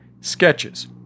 sketches